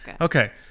Okay